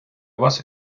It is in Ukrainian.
вас